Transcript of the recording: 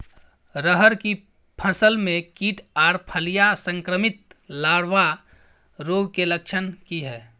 रहर की फसल मे कीट आर फलियां संक्रमित लार्वा रोग के लक्षण की हय?